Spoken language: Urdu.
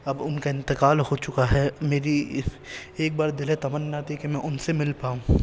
اب ان کا انتقال ہو چکا ہے میری ایک بار دلی تمنا تھی کہ میں ان سے مل پاؤں